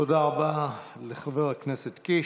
תודה רבה לחבר הכנסת קיש.